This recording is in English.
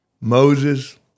Moses